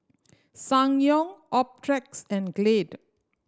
Ssangyong Optrex and Glade